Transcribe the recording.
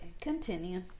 continue